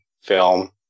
film